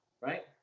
right